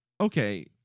okay